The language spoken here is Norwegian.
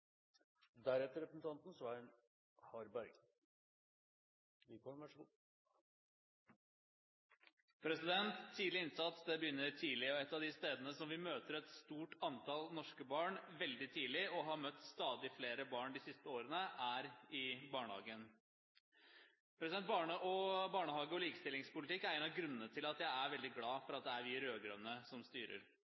Tidlig innsats begynner tidlig, og et av de stedene hvor vi møter et stort antall norske barn – og har møtt stadig flere barn de siste årene – veldig tidlig, er i barnehagen. Barnehage- og likestillingspolitikk er en av grunnene til at jeg er veldig glad for at